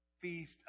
feast